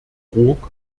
brok